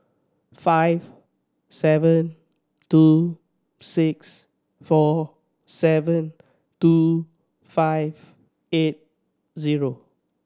five seven two six four seven two five eight zero